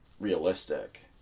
realistic